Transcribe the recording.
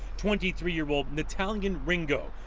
twenty three year old na talia and ringo.